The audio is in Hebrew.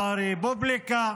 או "הרפובליקה",